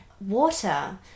Water